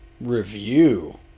Review